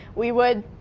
we would